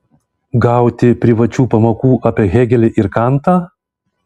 gauti privačių pamokų apie hėgelį ir kantą